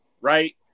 Right